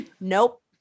Nope